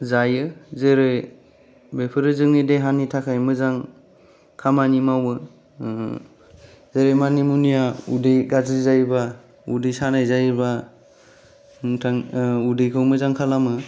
जायो जेरै बेफोरो जोंनि देहानि थाखाय मोजां खामानि मावो जेरै मानि मुनिया उदै गाज्रि जायोबा उदै सानाय जायोबा उदैखो मोजां खालामो